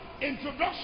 introduction